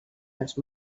els